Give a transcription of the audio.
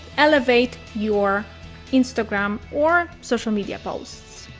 elevate your instagram or social media posts.